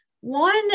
one